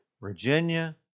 Virginia